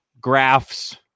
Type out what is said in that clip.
graphs